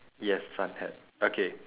yes sun hat okay